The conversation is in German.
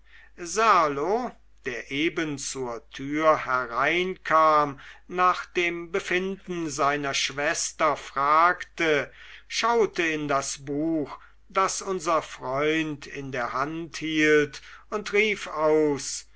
serlo der eben zur tür hereinkam nach dem befinden seiner schwester fragte schaute in das buch das unser freund in der hand hielt und rief aus